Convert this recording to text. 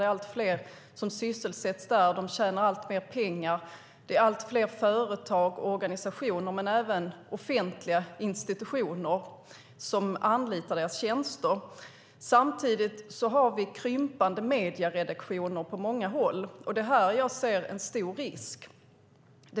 Det är allt fler som sysselsätts där, och de tjänar alltmer pengar. Det är allt fler företag och organisationer men även offentliga institutioner som anlitar deras tjänster. Samtidigt har vi krympande medieredaktioner på många håll. Det är här som jag ser en stor risk.